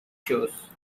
shows